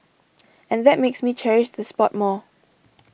and that makes me cherish the spot more